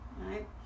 right